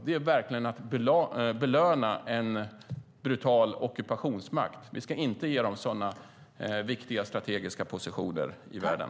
Det är verkligen att belöna en brutal ockupationsmakt. Vi ska inte ge dem sådana viktiga strategiska positioner i världen.